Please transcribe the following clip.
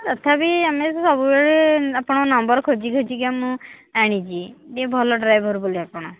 ତଥାପି ଆମେ ସବୁବେଳେ ଆପଣଙ୍କ ନମ୍ବର୍ ଖୋଜିଖୋଜିକା ମୁଁ ଆଣିଛି ଟିକିଏ ଭଲ ଡ୍ରାଇଭର୍ ବୋଲି ଆପଣ